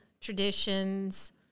traditions